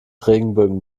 regenbögen